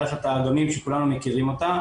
מערכת ה- -- שכולנו מכירים אותה,